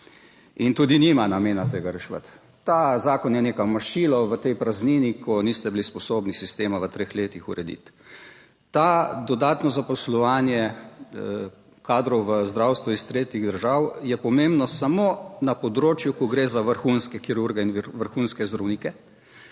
in tudi nima namena tega reševati. Ta zakon je neko mašilo v tej praznini, ko niste bili sposobni sistema v treh letih urediti. To dodatno zaposlovanje kadrov v zdravstvu iz tretjih držav je pomembno samo na področju, ko gre za vrhunske kirurge in vrhunske zdravnike.